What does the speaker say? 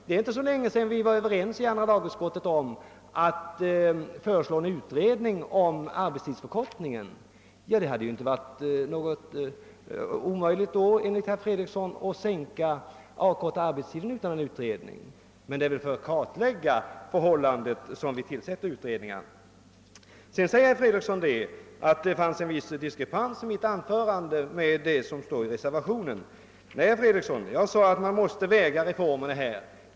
Det är inte särskilt länge sedan som vi inom andra lagutskottet var överens om att föreslå en utredning om arbetstidsförkortning. Enligt herr Fredrikssons mening skulle det ha varit möjligt att då avkorta arbetstiden utan utredning. Men det är ju för att kartlägga förhål landena som vi tillsätter utredningar. Herr Fredriksson anser att det finns en viss diskrepans mellan mitt anförande och det som står i reservationen. Nej, herr Fredriksson, jag sade att man måste väga reformerna mot varandra.